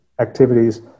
activities